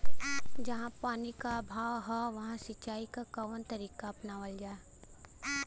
जहाँ पानी क अभाव ह वहां सिंचाई क कवन तरीका अपनावल जा?